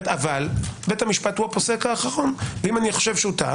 אבל בית המשפט הוא הפוסק האחרון ואם חושב שהוא טעה,